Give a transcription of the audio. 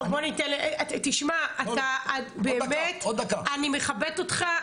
לא, בוא ניתן, תשמע, אתה באמת, אני מכבדת אותך.